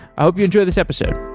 i hope you enjoy this episode